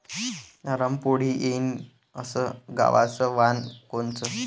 नरम पोळी येईन अस गवाचं वान कोनचं?